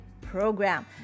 Program